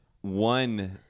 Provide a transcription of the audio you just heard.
one